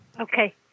Okay